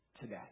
today